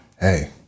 Hey